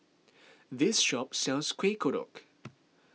this shop sells Kuih Kodok